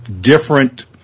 different